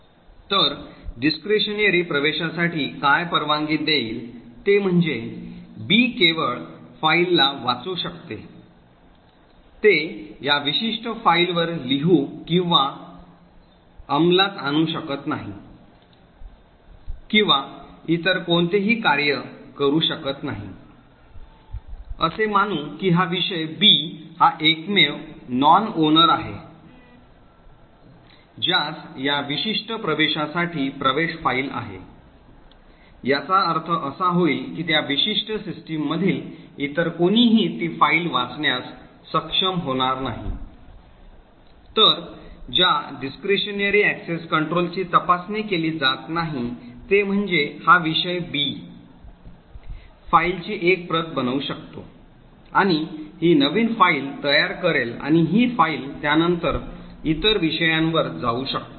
तर discretionary प्रवेशासाठी काय परवानगी देईल ते म्हणजे B केवळ फाईलला वाचू शकते ते या विशिष्ट फाईलवर लिहू किंवा अंमलात आणू शकत नाही किंवा इतर कोणतेही कार्य करू शकत नाही असे मानू की हा विषय B हा एकमेव non owner आहे ज्यास या विशिष्ट प्रवेशासाठी प्रवेश फाईल आहे याचा अर्थ असा होईल की त्या विशिष्ट सिस्टम मधील इतर कोणीही ती फाईल वाचण्यास सक्षम होणार नाही तर ज्या discretionary access control ची तपासणी केली जात नाही ते म्हणजे हा विषय B फाईलची एक प्रत बनवू शकतो आणि ही नवीन फाइल तयार करेल आणि ही फाईल त्यानंतर इतर विषयांवर जाऊ शकते